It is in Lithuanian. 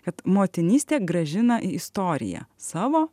kad motinystė grąžina į istoriją savo